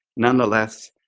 nonetheless,